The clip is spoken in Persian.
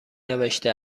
نوشته